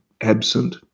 absent